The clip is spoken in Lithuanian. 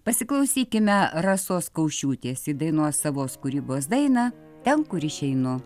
pasiklausykime rasos kaušiūtės ji dainuos savos kūrybos dainą ten kur išeinu